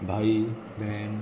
भाई बेहेन